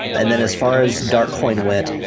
and then as far as darkcoin went,